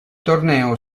torneo